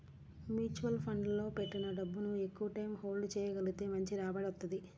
mutual ఫండ్లలో పెట్టిన డబ్బుని ఎక్కువటైయ్యం హోల్డ్ చెయ్యగలిగితే మంచి రాబడి వత్తది